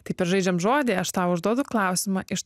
taip ir žaidžiam žodį aš tau užduodu klausimą iš